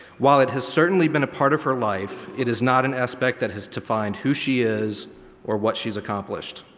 while it has certainly been a part of her life, it is not an aspect that has defined who she is is or what she's accomplished.